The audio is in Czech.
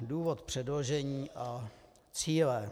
Důvod předložení a cíle.